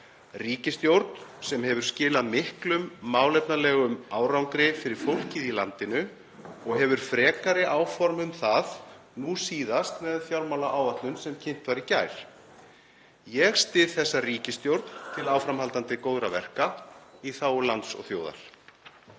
ríkisstjórn sem hefur skilað miklum málefnalegum árangri fyrir fólkið í landinu og hefur frekari áform um það, nú síðast með fjármálaáætlun sem kynnt var í gær. Ég styð þessa ríkisstjórn til áframhaldandi góðra verka í þágu lands og þjóðar.